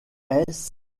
est